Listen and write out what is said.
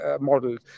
models